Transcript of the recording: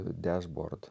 dashboard